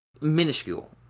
minuscule